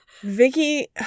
Vicky